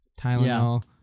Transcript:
Tylenol